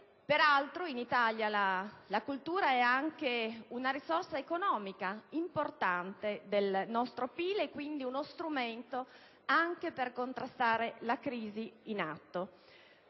Peraltro, in Italia la cultura è anche una risorsa economica importante del nostro PIL e quindi uno strumento per contrastare la crisi in atto.